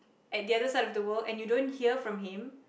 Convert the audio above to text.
at the other side of the world and you don't hear from him